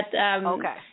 Okay